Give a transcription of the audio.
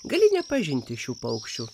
gali nepažinti šių paukščių